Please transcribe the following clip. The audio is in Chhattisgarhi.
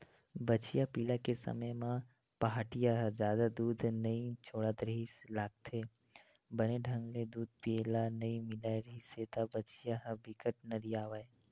बछिया पिला के समे म पहाटिया ह जादा दूद नइ छोड़त रिहिस लागथे, बने ढंग ले दूद पिए ल नइ मिलत रिहिस त बछिया ह बिकट नरियावय